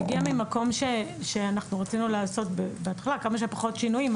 זה הגיע ממקום שאנחנו רצינו לעשות בהתחלה כמה שפחות שינויים,